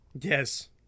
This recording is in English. yes